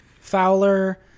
Fowler